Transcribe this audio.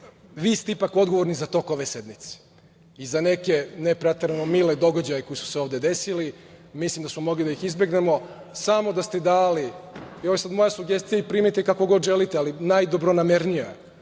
vi ste ipak odgovorni za tok ove sednice i za neke ne preterano mile događaje koji su se ovde desili. Mislim da smo mogli da ih izbegnemo samo da ste dali. Ovo je sad moja sugestija i primite je kako god želite, ali najdobronamernija